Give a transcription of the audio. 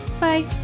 Bye